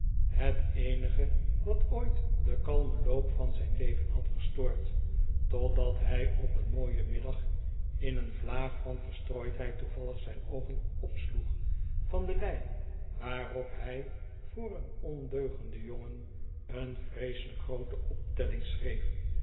het eenige wat ooit de kalme loop van zijh leven had verstoord totdat hij op een mooien middag in een vlaag van verstrooidheid toevallig zijn oogen opsloeg van de lei waarop hij voor een ondeugenden jongen een vreeselijk groote optelling schreef